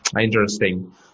Interesting